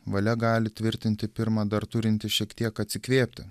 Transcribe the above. valia gali tvirtinti pirma dar turinti šiek tiek atsikvėpti